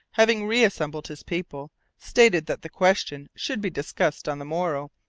having reassembled his people, stated that the question should be discussed on the morrow,